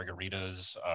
margaritas